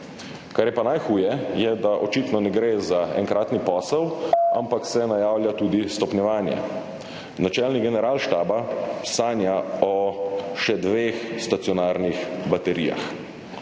Kar je pa najhuje, je, da očitno ne gre za enkratni posel, ampak se najavlja tudi stopnjevanje. Načelnik generalštaba sanja o še dveh stacionarnih baterijah.